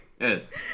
yes